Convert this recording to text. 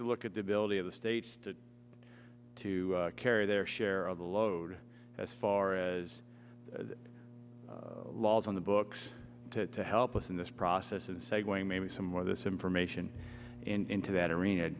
to look at the ability of the states to to carry their share of the load as far as laws on the books to help us in this process of segue maybe some where this information into that arena